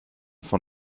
von